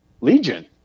Legion